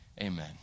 Amen